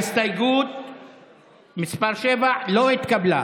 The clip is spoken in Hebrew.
הסתייגות מס' 7 לא התקבלה.